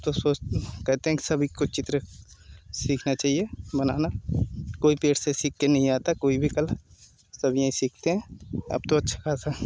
तो सच कहते हैं सभी को चित्र सीखना चाहिए बनाना कोई पेट से सीख के नहीं आता कोई भी कल सब यही सीखते हैं अब तो अच्छा खासा